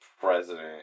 president